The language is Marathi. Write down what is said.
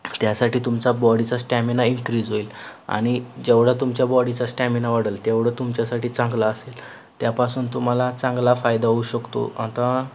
त्यासाठी तुमचा बॉडीचा स्टॅमिना इन्क्रिज होईल आणि जेवढा तुमच्या बॉडीचा स्टॅमिना वाढंल तेवढं तुमच्यासाठी चांगलं असेल त्यापासून तुम्हाला चांगला फायदा होऊ शकतो आता